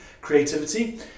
creativity